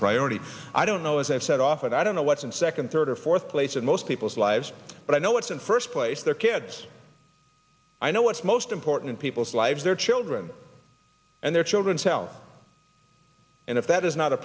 priority i don't know as i've said often i don't know what's in second third or fourth place in most people's lives but i know what's in first place their kids i know what's most important people's lives their children and their children's health and if that is not a